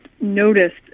noticed